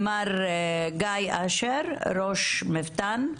מר גיא אשר, ראש מבת"ן.